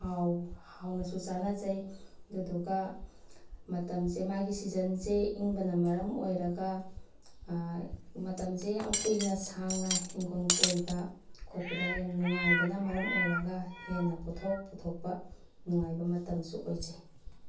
ꯍꯥꯎꯅꯁꯨ ꯆꯥꯟꯅꯖꯩ ꯑꯗꯨꯗꯨꯒ ꯃꯇꯝꯁꯦ ꯃꯥꯒꯤ ꯁꯤꯖꯟꯁꯦ ꯏꯪꯕꯅ ꯃꯔꯝ ꯑꯣꯏꯔꯒ ꯃꯇꯝꯁꯦ ꯌꯥꯝ ꯀꯨꯏꯅ ꯁꯥꯡꯅ ꯏꯪꯈꯣꯜ ꯀꯣꯏꯕ ꯈꯣꯠꯋꯗ ꯌꯥꯝ ꯅꯨꯡꯉꯥꯏꯕꯅ ꯃꯔꯝ ꯑꯣꯏꯔꯒ ꯍꯦꯟꯅ ꯄꯣꯠꯊꯣꯛ ꯄꯨꯊꯣꯛꯄ ꯅꯨꯡꯉꯥꯏꯕ ꯃꯇꯝꯁꯨ ꯑꯣꯏꯖꯩ